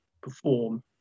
perform